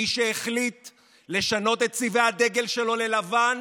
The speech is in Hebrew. מי שהחליט לשנות את צבעי הדגל שלו ללבן,